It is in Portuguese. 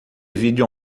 vídeo